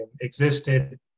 existed